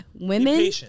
Women